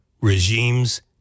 regimes